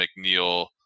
McNeil